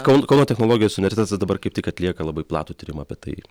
kau kauno technologijos universitetas va dabar kaip tik atlieka labai platų tyrimą apie tai